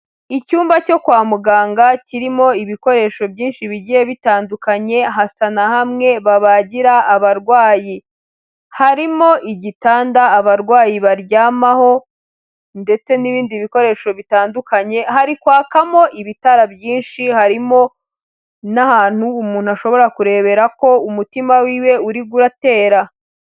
Icyumba cyo kwa muganga kirimo ibikoresho byinshi bigiye bitandukanye, hasa na hamwe babagira abarwayi, harimo igitanda abarwayi baryamaho ndetse n'ibindi bikoresho bitandukanye, hari kwakamo ibitara byinshi, harimo n'ahantu umuntu ashobora kurebera ko umutima wiwe uriko uratera.